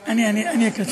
דקות.